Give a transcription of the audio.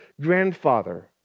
grandfather